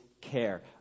care